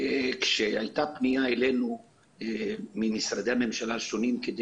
כשהייתה פנייה אלינו ממשרדי ממשלה שונים כדי